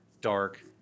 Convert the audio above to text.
dark